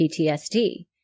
PTSD